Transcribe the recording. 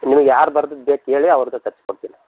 ನಿಮಿಗೆ ಯಾರು ಬರ್ದದ್ದು ಬೇಕು ಹೇಳಿ ಅವ್ರ್ದೆ ತರ್ಸಿ ಕೊಡ್ತೀನಿ